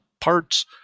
parts